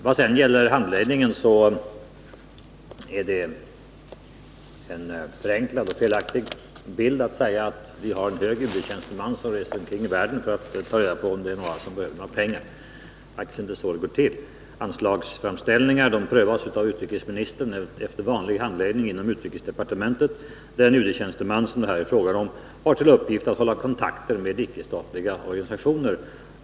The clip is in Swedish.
Vad sedan gäller frågan om handläggningen är det att ge en förenklad och felaktig bild om man säger att vi har en hög UD-tjänsteman som reser omkring i världen för att ta reda på om det är några som behöver pengar. Det är faktiskt inte så det går till. Anslagsframställningar prövas av utrikesministern efter vanlig handläggning inom utrikesdepartementet. Den UD tjänsteman som det här är fråga om har till uppgift att hålla kontakt med icke-statliga organisationer.